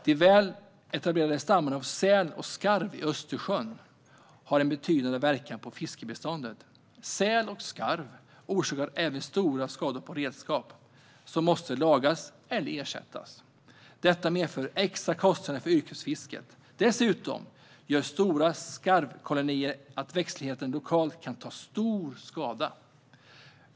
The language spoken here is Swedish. De väl etablerade stammarna av säl och skarv i Östersjön har en betydande inverkan på fiskbestånden. Säl och skarv orsakar även skador på redskap, som måste lagas eller ersättas. Detta medför extra kostnader för yrkesfisket. Dessutom gör stora skarvkolonier att växtligheten lokalt kan ta stor skada.